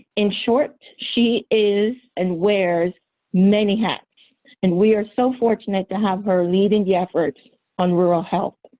in short, she is and wears many hats and we are so fortunate to have her leading the effort on rural health.